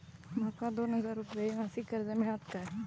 माका दोन हजार रुपये मासिक कर्ज मिळात काय?